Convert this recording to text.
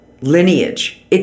lineage